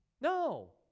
No